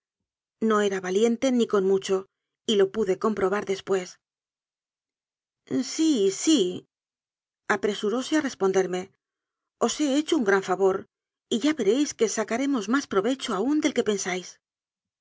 no era valiente ni con mucho y lo pude comprobar después sí síapresu róse a responderme os he hecho un gran favor y ya veréis que sacaremos más provecho aún del que pensáis